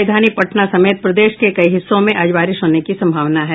राजधानी पटना समेत प्रदेश के कई हिस्सों में आज बारिश होने की संभावना है